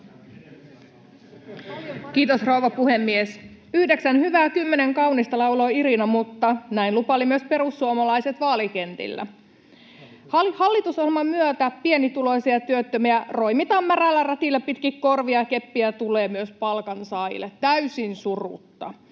Kiitos, rouva puhemies! "Yhdeksän hyvää ja kymmenen kaunista", lauloi Irina, mutta näin lupailivat myös perussuomalaiset vaalikentillä. Hallitusohjelman myötä pienituloisia ja työttömiä roimitaan märällä rätillä pitkin korvia ja keppiä tulee myös palkansaajille täysin surutta.